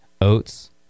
oats